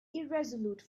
irresolute